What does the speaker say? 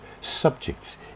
subjects